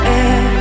air